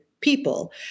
people